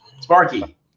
Sparky